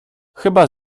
chyba